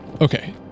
Okay